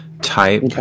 type